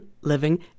living